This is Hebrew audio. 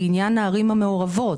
לעניין הערים המעורבות.